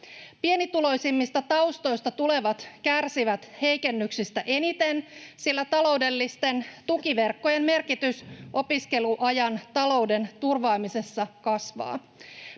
Pienituloisimmista taustoista tulevat kärsivät heikennyksestä eniten, sillä taloudellisten tukiverkkojen merkitys opiskeluajan talouden turvaamisessa kasvaa.